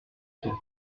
temps